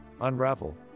unravel